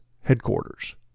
headquarters